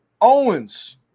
Owens